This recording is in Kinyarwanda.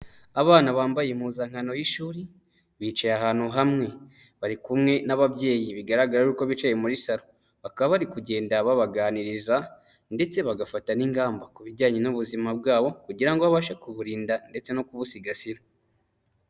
Abana bambaye impuzankano y'ishuri bicaye ahantu hamwe bari kumwe n'ababyeyi bigaragara uko bicaye muri salo bakaba bari kugenda babaganiriza ndetse bagafata n'ingamba ku bijyanye n'ubuzima bwabo kugira ngo babashe kuburinda ndetse no kubusigasira.